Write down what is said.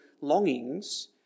longings